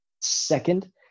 second